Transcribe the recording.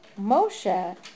Moshe